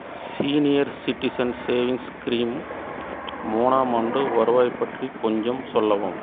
senior citizen savings கிரீம் மூணாம் ஆண்டு வருவாய் பற்றி கொஞ்சம் சொல்லவும்